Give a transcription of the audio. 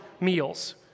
meals